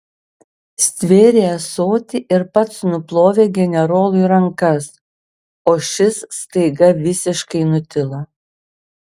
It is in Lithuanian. stvėrė ąsotį ir pats nuplovė generolui rankas o šis staiga visiškai nutilo